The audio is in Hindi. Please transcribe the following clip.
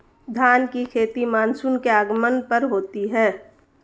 धान की खेती मानसून के आगमन पर होती है